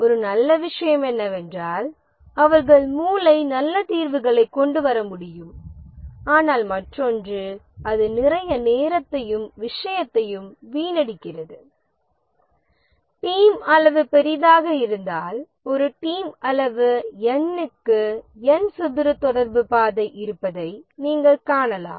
ஒரு நல்ல விஷயம் என்னவென்றால் அவர்கள் மூளை நல்ல தீர்வுகளைக் கொண்டு வர முடியும் ஆனால் மற்றொன்று அது நிறைய நேரத்தையும் விஷயத்தையும் வீணடிக்கிறது டீம் அளவு பெரியதாக இருந்தால் ஒரு டீம் அளவு N க்கு N சதுர தொடர்பு பாதை இருப்பதை நீங்கள் காணலாம்